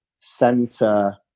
center